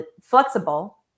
flexible